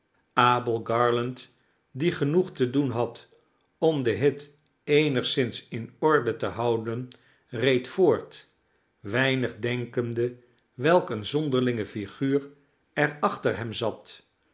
abel garland die genoeg te doen had om den hit eenigszins in orde te houden reed voort weinig denkende welk eene zonderlinge figuur er achter hem zat